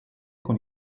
con